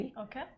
Okay